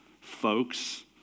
Folks